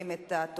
: